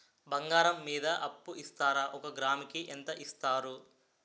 బంగారం మీద అప్పు ఇస్తారా? ఒక గ్రాము కి ఎంత ఇస్తారు?